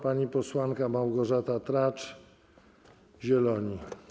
Pani posłanka Małgorzata Tracz, Zieloni.